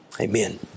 Amen